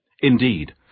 Indeed